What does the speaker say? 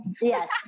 Yes